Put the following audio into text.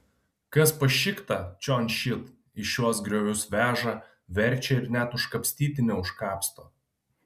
kas pašikta čion šit į šiuos griovius veža verčia ir net užkapstyti neužkapsto